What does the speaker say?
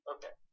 Okay